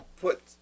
put